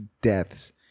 deaths